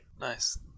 Nice